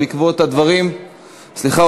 סליחה,